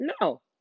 No